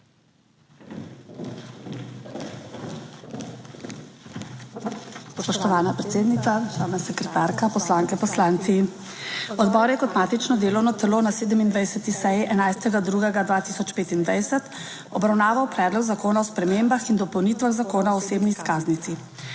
Spoštovana predsednica, državna sekretarka, poslanke, poslanci! Odbor je kot matično delovno telo na 27. seji, 11. 2. 2025 obravnaval Predlog zakona o spremembah in dopolnitvah Zakona o osebni izkaznici.